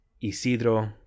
Isidro